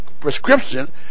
prescription